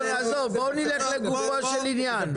נעבור לגופו של עניין.